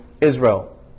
Israel